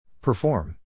Perform